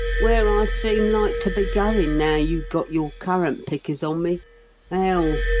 where i seem like to be goin' now you've got your currant-pickers on me hell,